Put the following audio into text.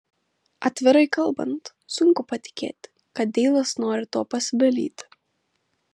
atvirai kalbant sunku patikėti kad deilas nori tuo pasidalyti